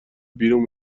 بیرون